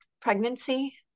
pregnancy